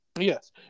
Yes